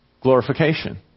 glorification